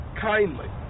kindly